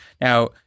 Now